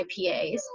IPAs